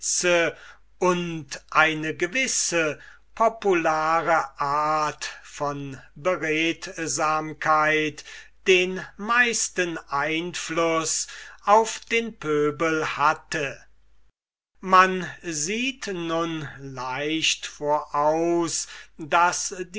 und eine gewisse populäre art von beredsamkeit den meisten einfluß auf den pöbel hatte man sieht nun leicht voraus daß